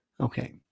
Okay